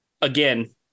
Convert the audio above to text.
again